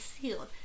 sealed